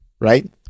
right